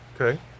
Okay